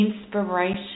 inspiration